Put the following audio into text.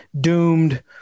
doomed